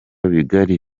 bigari